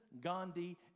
Gandhi